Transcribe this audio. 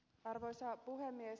arvoisa puhemies